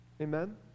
Amen